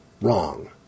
wrong